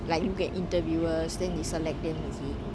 like look at interviewers then they selected them is it